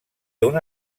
una